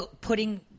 putting –